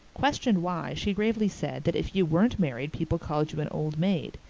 questioned why, she gravely said that if you weren't married people called you an old maid,